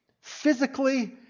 physically